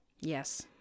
yes